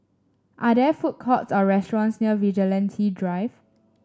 are there food courts or restaurants near Vigilante Drive